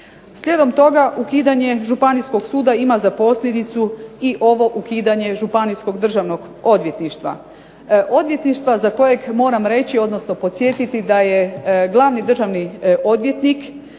Slijedom toga ukidanje Županijskog suda ima za posljedicu i ovo ukidanje županijskog Državno odvjetništva, odvjetništva za kojem moram podsjetiti da je glavni državni odvjetnik